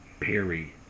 Perry